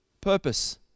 purpose